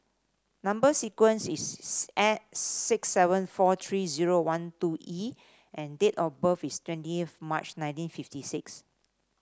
number sequence is six seven four three zero one two E and date of birth is twentieth March nineteen fifty six